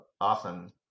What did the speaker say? often